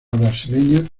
brasileña